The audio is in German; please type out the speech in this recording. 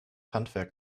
handwerk